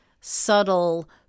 subtle